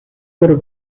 por